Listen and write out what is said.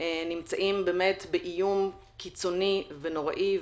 נמצאים באיום קיצוני ונוראי,